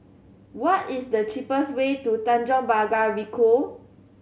what is the cheapest way to Tanjong Pagar Ricoh